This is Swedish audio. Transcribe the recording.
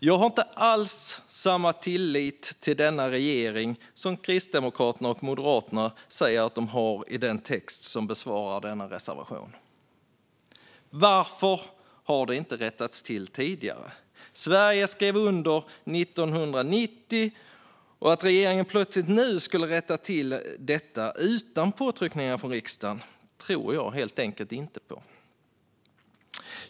Jag har inte alls samma tillit till denna regering som Kristdemokraterna och Moderaterna säger att de har i den text som besvarar denna reservation. Varför har det inte rättats till tidigare? Sverige skrev under 1990, och att regeringen plötsligt nu skulle rätta till detta utan påtryckningar från riksdagen tror jag helt enkelt inte på.